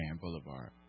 Boulevard